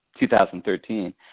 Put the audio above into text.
2013